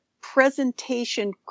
presentation